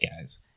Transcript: guys